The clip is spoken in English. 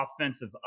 offensive